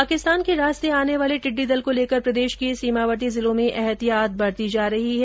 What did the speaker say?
पाकिस्तान के रास्ते भारत आये टिड़डी दल को लेकर प्रदेश के सीमावर्ती जिलों में ऐहतियात बरती जा रही है